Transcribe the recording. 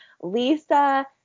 Lisa